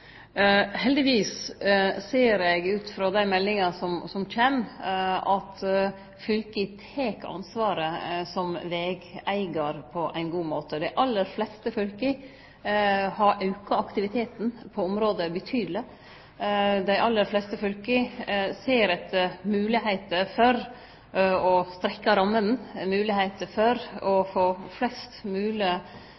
Heldigvis ser eg ut frå dei meldingane som kjem, at fylka tek ansvaret som vegeigar på ein god måte. Dei aller fleste fylka har auka aktiviteten på området betydeleg. Dei aller fleste fylka ser etter moglegheiter for å strekkje rammene